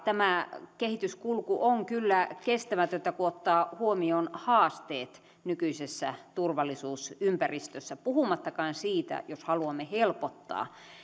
tämä kehityskulku on kyllä kestämätöntä kun ottaa huomioon haasteet nykyisessä turvallisuusympäristössä puhumattakaan siitä jos haluamme helpottaa